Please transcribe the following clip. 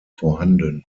vorhanden